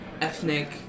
ethnic